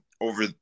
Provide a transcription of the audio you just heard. over